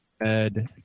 Ed